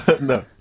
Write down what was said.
No